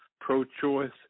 pro-choice